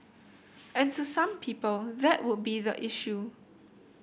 and to some people that would be the issue